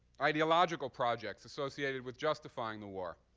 ideological projects associated with justifying the war.